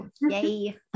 Yay